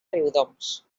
riudoms